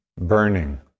burning